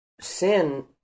sin